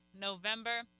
november